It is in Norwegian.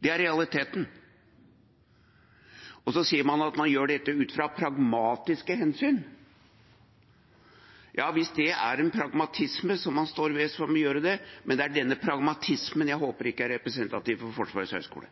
Det er realiteten. Og så sier man at man gjør dette ut fra pragmatiske hensyn. Ja, hvis det er en pragmatisme som man står ved, får man gjøre det. Men det er denne pragmatismen jeg håper ikke er representativ for Forsvarets høgskole.